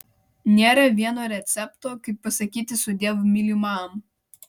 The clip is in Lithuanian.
nėra vieno recepto kaip pasakyti sudiev mylimam